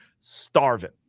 starving